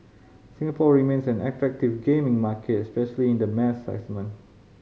Singapore remains an attractive gaming market especially in the mass